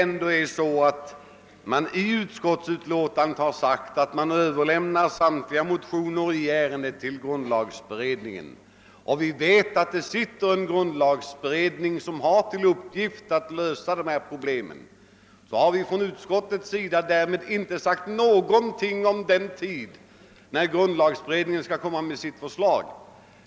När vi i utskottsutlåtandet har skrivit att samtliga motioner i ärendet bör överlämnas till grundlagberedningen, som har till uppgift att lösa dessa problem, har vi därmed inte sagt någonting om den tidpunkt då grundlagberedningen skall framlägga förslag.